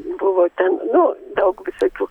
buvo ten nu daug visokių